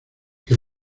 que